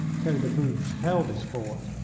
khoda buxsh held his fort,